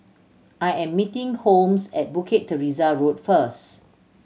I am meeting Holmes at Bukit Teresa Road first